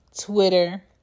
Twitter